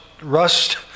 rust